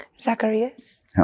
Zacharias